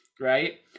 right